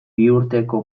biurteko